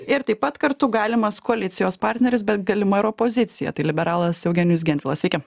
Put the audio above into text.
ir taip pat kartu galimas koalicijos partneris bet galima ir opozicija tai liberalas eugenijus gentvilas sveiki